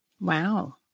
Wow